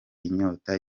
inyota